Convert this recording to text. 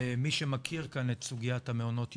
מי שמכיר כאן את סוגיית המעונות יודע,